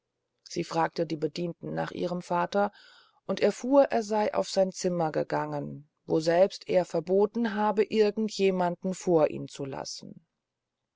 sie fragte die bedienten nach ihrem vater und erfuhr er sey auf sein zimmer gegangen woselbst er verboten habe irgend jemanden vor ihm zu lassen